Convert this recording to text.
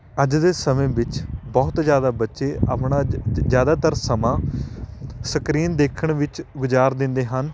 ਅੱਜ ਦੇ ਸਮੇਂ ਵਿੱਚ ਬਹੁਤ ਜ਼ਿਆਦਾ ਬੱਚੇ ਆਪਣਾ ਜ਼ਿ ਜ਼ਿਆਦਾਤਰ ਸਮਾਂ ਸਕਰੀਨ ਦੇਖਣ ਵਿੱਚ ਗੁਜ਼ਾਰ ਦਿੰਦੇ ਹਨ